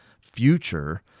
future